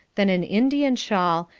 then an indian shawl,